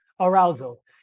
Arousal